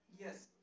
Yes